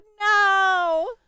No